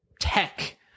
tech